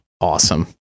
Awesome